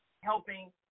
helping